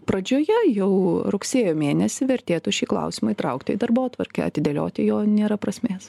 pradžioje jau rugsėjo mėnesį vertėtų šį klausimą įtraukti į darbotvarkę atidėlioti jo nėra prasmės